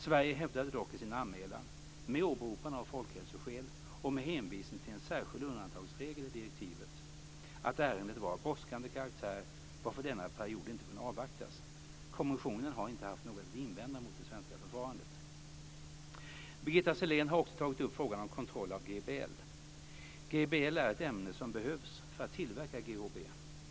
Sverige hävdade dock i sin anmälan, med åberopande av folkhälsoskäl och med hänvisning till en särskild undantagsregel i direktivet, att ärendet var av brådskande karaktär, varför denna period inte kunde avvaktas. Kommissionen har inte haft något att invända mot det svenska förfarandet. Birgitta Sellén tar också tagit upp frågan om kontroll av GBL. GBL är ett ämne som behövs för att tillverka GHB.